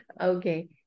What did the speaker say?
okay